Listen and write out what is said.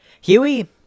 Huey